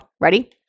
ready